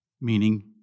meaning